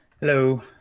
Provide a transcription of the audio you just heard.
Hello